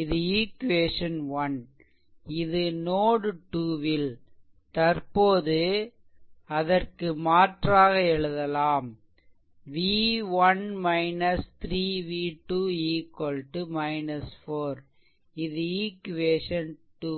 இது ஈக்வேசன் 1 இது நோட் 2 ல் தற்போது அதற்கு மாற்றாக எழுதலாம் t v1 3 v2 4 இது ஈக்வேசன் 2